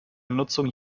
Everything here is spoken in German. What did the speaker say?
nutzung